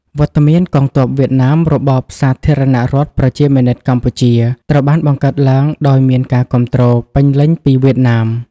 វត្តមានកងទ័ពវៀតណាម របបសាធារណរដ្ឋប្រជាមានិតកម្ពុជា ត្រូវបានបង្កើតឡើងដោយមានការគាំទ្រពេញលេញពីវៀតណាម។